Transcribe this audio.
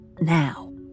now